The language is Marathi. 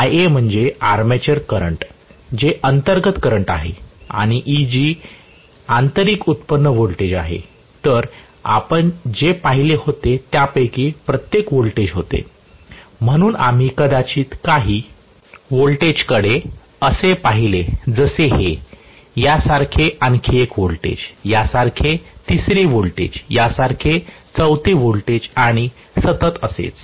Ia म्हणजे आर्मेटर करंट जे अंतर्गत करंट आहे आणि Eg आंतरिक व्युत्पन्न व्होल्टेज आहे तर आपण जे पाहिले होते त्यापैकी प्रत्येक व्होल्टेज होते म्हणून आम्ही कदाचित काही व्होल्टेजकडे असे पाहिले जसे हे यासारखे आणखी एक व्होल्टेज यासारखे तिसरे व्होल्टेज यासारखे चौथे व्होल्टेज आणि सतत असेच